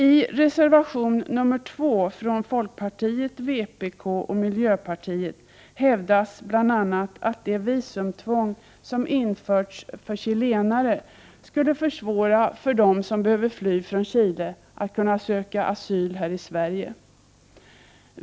I reservation 2 från folkpartiet, vpk och miljöpartiet hävdas bl.a. att det visumtvång som har införts för chilenare skulle försvåra för den som behöver fly från Chile att söka asyl här i Sverige.